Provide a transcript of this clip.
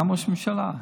וגם ראש הממשלה,